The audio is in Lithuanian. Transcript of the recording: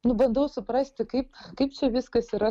nu bandau suprasti kaip kaip čia viskas yra